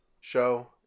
show